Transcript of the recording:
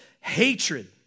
hatred